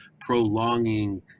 prolonging